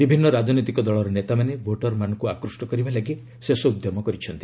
ବିଭିନ୍ନ ରାଜନୈତିକ ଦଳର ନେତାମାନେ ଭୋଟରମାନଙ୍କୁ ଆକୃଷ୍ଟ କରିବା ଲାଗି ଶେଷ ଉଦ୍ୟମ କରିଛନ୍ତି